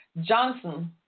Johnson